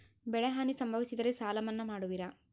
ಬೆಳೆಹಾನಿ ಸಂಭವಿಸಿದರೆ ಸಾಲ ಮನ್ನಾ ಮಾಡುವಿರ?